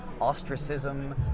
ostracism